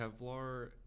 Kevlar